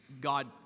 God